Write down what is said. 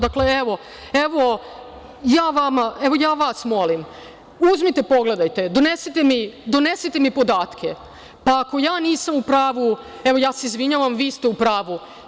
Dakle, evo, ja vas molim, uzmite pogledajte, donesite mi podatke, pa ako ja nisam u pravu, evo, ja se izvinjavam, vi ste u pravu.